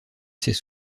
ces